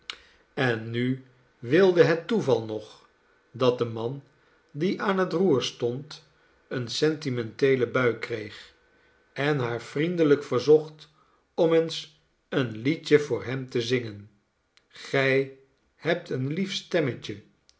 en nu wilde het toeval nog dat de man die aan het roer stond eene sentimenteele buikreeg en haar vriendelijk verzocht om eens een liedje voor hem te zingen gij heb een lief